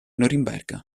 norimberga